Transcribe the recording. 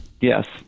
Yes